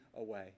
away